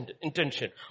intention